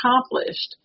accomplished